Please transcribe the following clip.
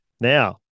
Now